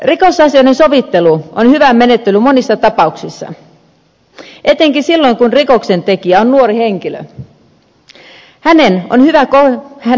rikosasioiden sovittelu on hyvä menettely monissa tapauksissa etenkin silloin kun rikoksen tekijä on nuori henkilö